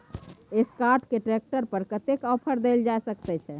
Escort के tractor पर कतेक ऑफर दैल जा सकेत छै?